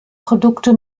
produkte